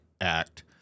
act